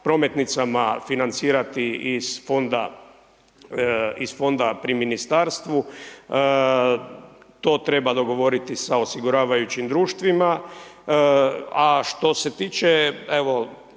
prometnicama financirati iz fonda pri ministarstvu. To treba dogovoriti sa osiguravajućim društvima. A što se tiče,